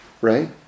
Right